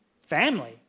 family